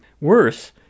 Worse